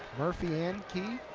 murphy and keith.